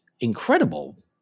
incredible